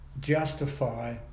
justify